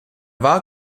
war